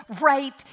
right